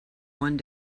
one